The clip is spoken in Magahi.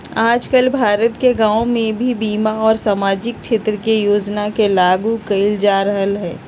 आजकल भारत के गांव में भी बीमा और सामाजिक क्षेत्र के योजना के लागू कइल जा रहल हई